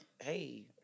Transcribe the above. Hey